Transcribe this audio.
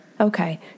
Okay